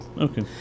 Okay